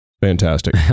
Fantastic